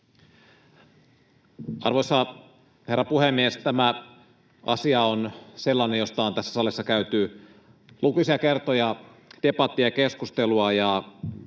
Arvoisa herra puhemies! Tämä asia on sellainen, josta on tässä salissa käyty lukuisia kertoja debattia ja keskustelua,